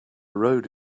road